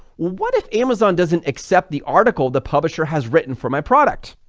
what if amazon doesn't accept the article the publisher has written for my product?